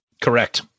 Correct